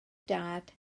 dad